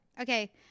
okay